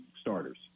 starters